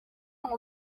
ngo